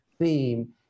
theme